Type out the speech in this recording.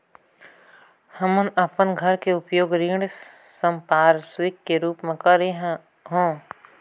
हमन अपन घर के उपयोग ऋण संपार्श्विक के रूप म करे हों